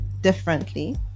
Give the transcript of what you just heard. differently